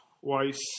twice